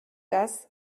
das